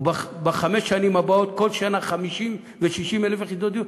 ובחמש השנים הבאות בכל שנה 50,000 ו-60,000 יחידות דיור.